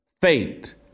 Fate